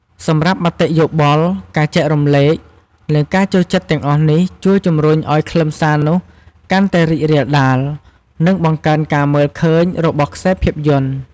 សម្រាប់មតិយោបល់ ការចែករំលែក និងការចូលចិត្តទាំងអស់នេះជួយជំរុញឱ្យខ្លឹមសារនោះកាន់តែរីករាលដាល និងបង្កើនការមើលឃើញ របស់ខ្សែភាពយន្ត។